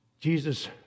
Jesus